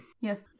Yes